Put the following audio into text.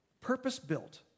purpose-built